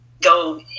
go